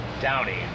Downey